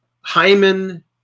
Hyman